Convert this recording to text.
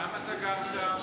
למה סגרת?